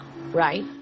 Right